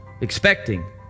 expecting